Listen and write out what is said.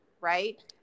right